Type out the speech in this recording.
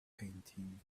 painting